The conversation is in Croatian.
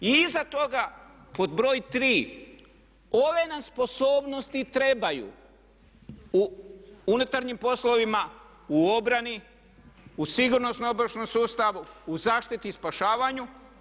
I iza toga pod broj tri ove nam sposobnosti trebaju u unutarnjim poslovima, u obrani, u sigurnosno-obavještajnom sustavu, u zaštiti i spašavanju.